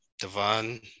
Devon